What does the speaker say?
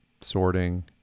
sorting